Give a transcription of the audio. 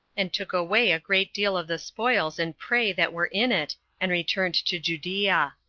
and took away a great deal of the spoils and prey that were in it, and returned to judea.